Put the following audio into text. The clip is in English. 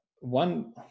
one